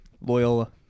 Loyola